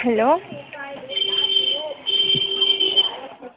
hello